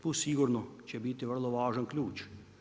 Tu sigurno će biti vrlo važan ključ.